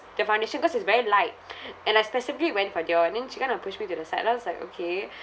the foundation cause it's very light and I specifically went for Dior and then she kinda pushed me to the side then I was like okay